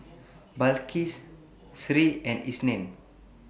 Balqis Sri and Isnin